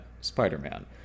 spider-man